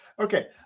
Okay